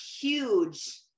huge